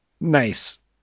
nice